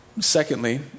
Secondly